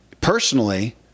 personally